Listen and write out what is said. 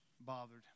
bothered